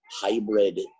hybrid